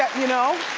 you know,